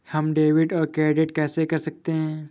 हम डेबिटऔर क्रेडिट कैसे कर सकते हैं?